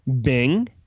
Bing